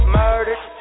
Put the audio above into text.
murdered